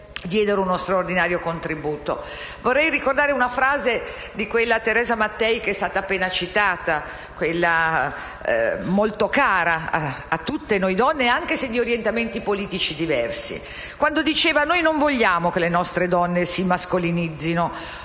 diedero uno straordinario contributo. Vorrei ricordare una frase di Teresa Mattei, che è stata appena citata. È molto cara a tutte noi donne, anche se di orientamenti politici diversi. Diceva: «Noi non vogliamo che le nostre donne si mascolinizzino,